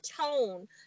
tone